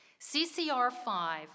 CCR5